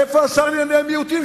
איפה השר לענייני מיעוטים?